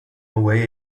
away